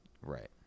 Right